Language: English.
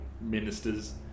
ministers